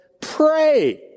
pray